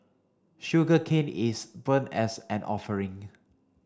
sugarcane is burnt as an offering